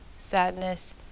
sadness